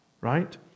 Right